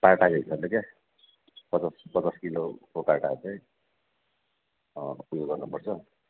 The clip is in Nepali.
पाटा हेरेर क्या पचास पचास किलोको पाटा चाहिँ अँ उयो गर्नुपर्छ